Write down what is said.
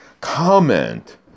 Comment